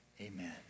Amen